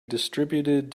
distributed